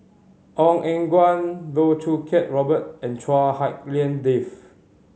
Ong Eng Guan Loh Choo Kiat Robert and Chua Hak Lien Dave